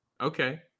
Okay